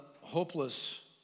hopeless